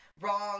wrong